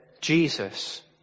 Jesus